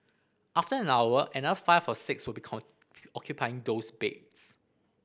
after an hour another five or six will be occupying those beds